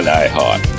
iHeart